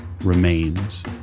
remains